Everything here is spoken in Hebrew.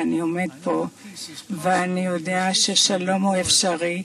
ובעומדי כאן אני יודע שהשלום אפשרי,